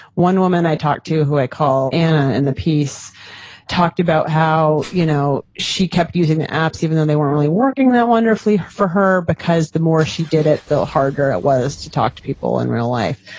one woman i talked to who i call anna in the piece talked about how you know she kept using the apps even though they weren't really working that wonderfully for her because the more she did it, the harder it was to talk to people in real life.